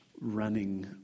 running